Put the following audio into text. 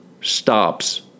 stops